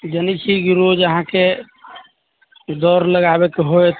जनै छियै कि रोज अहाँके दौड़ लगाबै के होयत